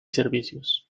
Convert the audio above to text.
servicios